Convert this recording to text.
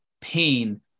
pain